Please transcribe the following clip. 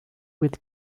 with